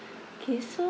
okay so